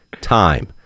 time